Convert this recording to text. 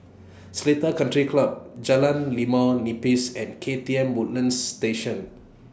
Seletar Country Club Jalan Limau Nipis and K T M Woodlands Station